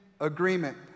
agreement